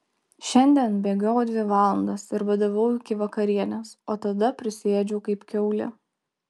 šiandien bėgiojau dvi valandas ir badavau iki vakarienės o tada prisiėdžiau kaip kiaulė